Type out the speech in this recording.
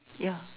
yeah